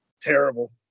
Terrible